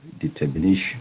determination